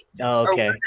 Okay